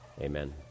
Amen